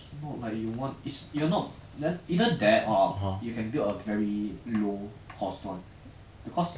你要你就买 ah do you want th~ do you want thirty seventy or not